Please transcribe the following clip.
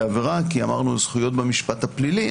עבירה כי אמרנו זכויות במשפט הפלילי,